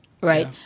right